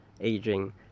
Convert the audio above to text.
aging